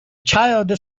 child